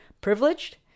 privileged